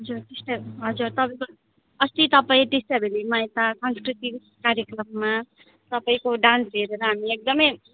हजुर टिस्टा हजुर तपाईँको अस्ति तपाईँ टिस्टा भ्याल्लीमा यता संस्कृति कार्यक्रममा तपाईँको डान्स हेरेर हामी एकदमै